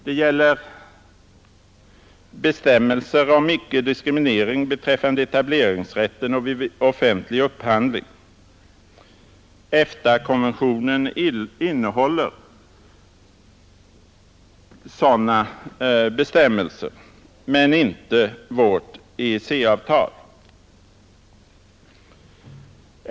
Det gäller bestämmelser om icke-diskriminering beträffande etableringsrätten och offentlig upphandling: EFTA-konventionen innehåller sådana bestämmelser, men inte vårt EEC-avtal.